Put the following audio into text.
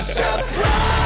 surprise